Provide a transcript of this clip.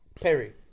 Perry